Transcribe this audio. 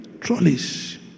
trolleys